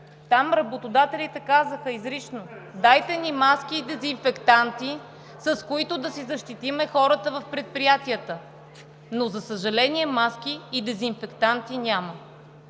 Там работодателите казаха изрично – дайте ни маски и дезинфектанти, с които да си защитим хората в предприятията, но, за съжаление, маски и дезинфектанти няма.